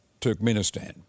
Turkmenistan